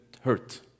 hurt